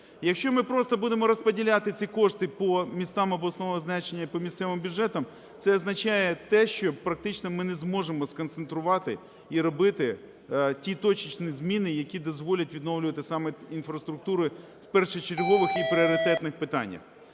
Якщо ми просто будемо розподіляти ці кошти по містам обласного значення і по місцевим бюджетам, це означає те, що практично ми не зможемо сконцентрувати і робити ті точечні зміни, які дозволять відновлювати саме інфраструктуру в першочергових і пріоритетних питаннях.